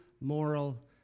moral